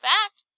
Fact